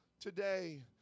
today